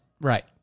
Right